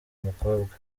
mukobwa